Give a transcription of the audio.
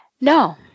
No